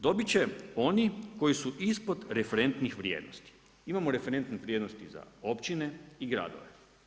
Dobit će oni koji su ispod referentnih vrijednosti. imamo referentnih vrijednosti za općine i gradove.